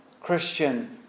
Christian